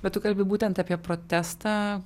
bet tu kalbi būtent apie protestą